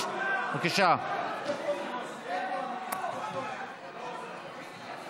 מינהליות של רשויות ישראליות הפועלות באזור),